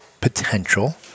potential